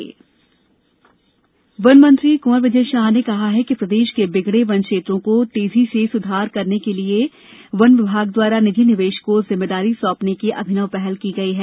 निजी वनीकरण वनमंत्री कुंवर विजय शाह ने कहा है कि प्रदेश के बिगड़े वनक्षेत्रों को तेजी से सुधार करने के उद्देश्य से वन विभाग द्वारा निजी निवेश को जिम्मेदारी सौंपने की अभिनव पहल की गई है